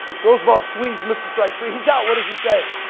throws back, swings misses strike three. he's out, what does he say?